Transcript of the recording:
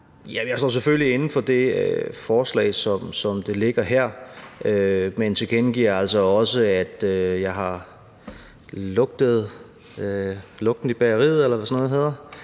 Jeg står selvfølgelig inde for forslaget, som det ligger her, men tilkendegiver altså også, at jeg har lugtet lugten i bageriet, eller hvad sådan noget hedder,